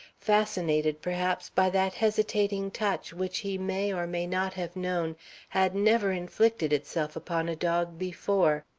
fascinated perhaps by that hesitating touch which he may or may not have known had never inflicted itself upon a dog before.